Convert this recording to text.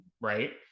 right